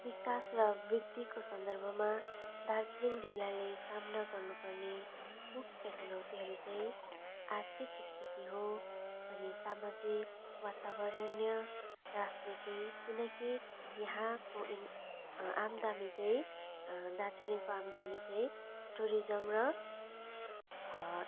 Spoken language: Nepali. विकास र वृद्धिको सन्दर्भमा दार्जिलिङ जिल्लाले सामना गर्नु पर्ने मुख्य चुनौतीहरू चाहिँ आर्थिक स्थिति हो अनि सामाजिक वातावरणीय राजनीति किनकि यहाँको यिन आमदामी चाहिँ दार्जिलिङको आमदानी चाहिँ टुरिजम र